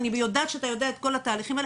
אני יודעת שאתה יודע את כל התהליכים האלה,